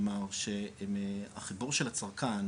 כלומר החיבור של הצרכן,